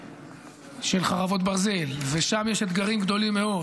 של חרבות ברזל, ושם יש אתגרים גדולים מאוד.